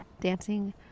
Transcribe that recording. Dancing